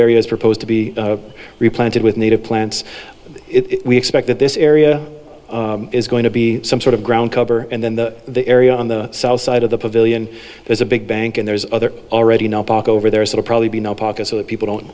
areas proposed to be replanted with native plants we expect that this area is going to be some sort of ground cover and then the area on the south side of the pavilion there's a big bank and there's other already know back over there so probably be no pockets so that people don't